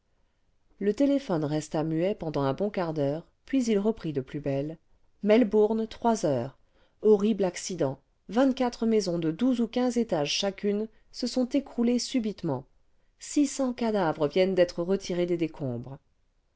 le téléphone resta muet pendant un bon quart d'heure puis il reprit de plus belle melbourne heures horrible accident vingt-quatre maisons de douze ou quinze étages chacune se sont écroulées subitement six cents cadavres viennent d'être retirés des décombres